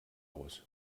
aus